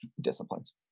disciplines